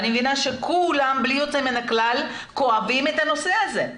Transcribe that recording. אני מבינה שכולם בלי יוצא מן הכלל כואבים את הנושא הזה,